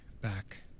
back